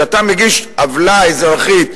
כשאתה מגיש עוולה אזרחית,